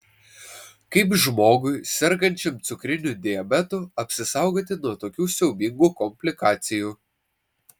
kaip žmogui sergančiam cukriniu diabetu apsisaugoti nuo tokių siaubingų komplikacijų